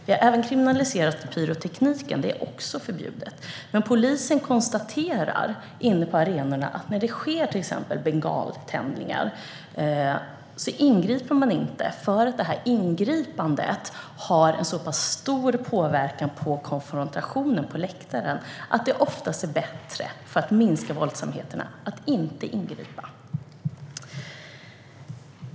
Vi har även kriminaliserat pyrotekniken, som också är förbjuden, men polisen konstaterar att när det till exempel sker bengaltändningar inne på arenorna ingriper de inte därför att ingripandet har en så pass stor påverkan på konfrontationen på läktaren att det oftast är bättre - för att minska våldsamheterna - att inte ingripa.